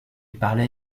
parlait